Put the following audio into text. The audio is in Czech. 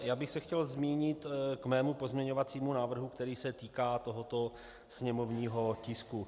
Já bych se chtěl zmínit ke svému pozměňovacímu návrhu, který se týká tohoto sněmovního tisku.